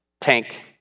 tank